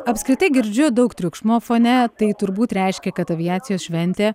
apskritai girdžiu daug triukšmo fone tai turbūt reiškia kad aviacijos šventė